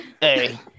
Hey